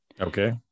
Okay